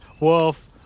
Wolf